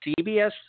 CBS